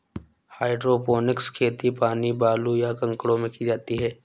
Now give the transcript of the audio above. hydroponics खेती पानी, बालू, या कंकड़ों में की जाती है